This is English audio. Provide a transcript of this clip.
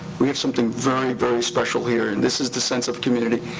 we have something very, very special here, and this is the sense of community,